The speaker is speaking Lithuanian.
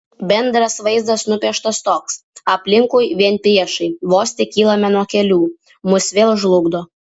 bendras vaizdas nupieštas toks aplinkui vien priešai vos tik kylame nuo kelių mus vėl žlugdo